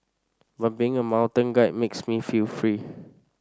but being a mountain guide makes me feel free